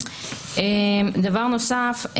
דבר נוסף,